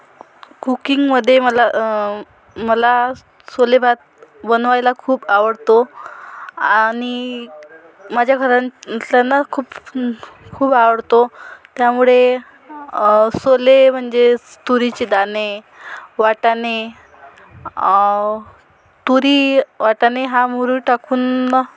कुकिंगमधे मला मला छोले भात बनवायला खूप आवडतो आणि माझ्या घरातल्यांना खूप आवडतो त्यामुळे छोले म्हणजे तुरीची दाणे वाटाणे तुरी वाटाणे हा मोहरूर टाकून मग